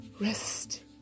Rest